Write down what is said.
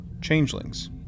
changelings